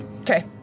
Okay